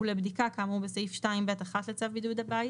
ולבדיקה כאמור בסעיף 2(ב1) לצו בידוד בית,